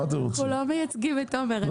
אנחנו לא מייצגים את עומר.